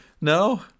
No